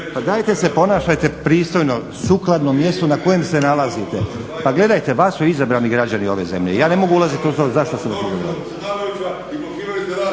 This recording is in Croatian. dajte se ponašajte pristojno sukladno mjestu na kojem se nalazite. Pa gledajte, vas su izabrali građani ove zemlje. Ja ne mogu ulaziti u to zašto su vas